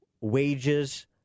wages